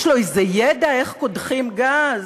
יש לו איזה ידע איך קודחים גז?